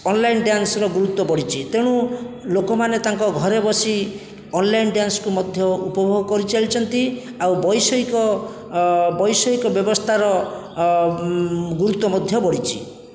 online ଡ୍ୟାନ୍ସର ଗୁରୁତ୍ଵ ବଢ଼ିଛି ତେଣୁ ଲୋକମାନେ ତାଙ୍କ ଘରେ ବସି ଅନ୍ଲାଇନ୍ ଡ୍ୟାନ୍ସକୁ ମଧ୍ୟ ଉପଭୋଗ କରିଚାଲିଛନ୍ତି ଆଉ ବୈଷୟିକ ବୈଷୟିକ ବ୍ୟବସ୍ଥାର ଗୁରୁତ୍ଵ ମଧ୍ୟ ବଢ଼ିଛି